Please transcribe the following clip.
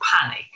panic